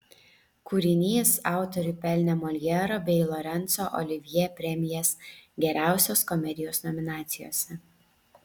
kūrinys autoriui pelnė moljero bei lorenco olivjė premijas geriausios komedijos nominacijose